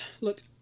look